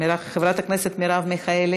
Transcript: חבר הכנסת עבד אל חכים חאג' יחיא,